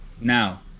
Now